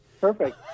Perfect